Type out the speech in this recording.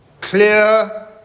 Clear